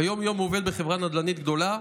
ביום-יום הוא עובד בחברה נדל"נית גדולה,